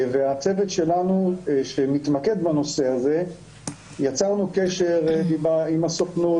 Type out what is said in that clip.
והצוות שלנו מתמקד בנושא הזה ויצרנו קשר עם הסוכנות,